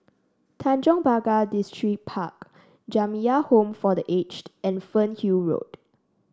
Tanjong Pagar Distripark Jamiyah Home for The Aged and Fernhill Road